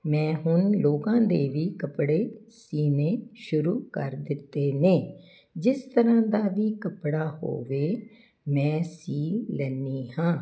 ਮੈਂ ਹੁਣ ਲੋਕਾਂ ਦੇ ਵੀ ਕੱਪੜੇ ਸੀਨੇ ਸ਼ੁਰੂ ਕਰ ਦਿੱਤੇ ਨੇ ਜਿਸ ਤਰ੍ਹਾਂ ਦਾ ਵੀ ਕੱਪੜਾ ਹੋਵੇ ਮੈਂ ਸੀ ਲੈਂਦੀ ਹਾਂ